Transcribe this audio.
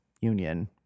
union